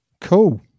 Cool